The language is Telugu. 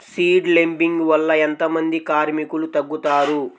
సీడ్ లేంబింగ్ వల్ల ఎంత మంది కార్మికులు తగ్గుతారు?